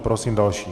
Prosím další.